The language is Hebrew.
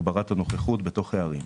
הגברת הנוכחות בתוך הערים.